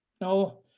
No